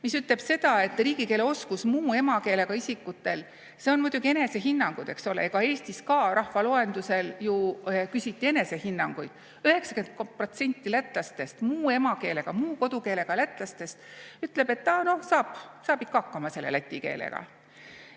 mis ütleb seda, et riigikeele oskus muu emakeelega isikutel – need on muidugi enesehinnangud, eks ole, Eestis ka rahvaloendusel ju küsiti enesehinnanguid –, 90% lätlastest, muu emakeelega, muu kodukeelega lätlastest ütleb, et ta saab ikka hakkama selle läti keelega.